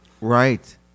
Right